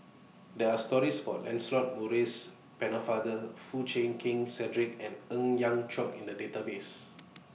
There Are stories about Lancelot Maurice Pennefather Foo Chee Keng Cedric and Ng Yat Chuan in The Database